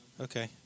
Okay